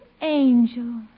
angel